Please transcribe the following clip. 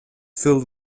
filled